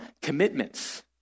commitments